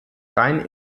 rein